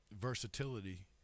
versatility